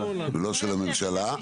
ולא של הממשלה,